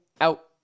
out